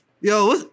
Yo